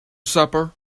supper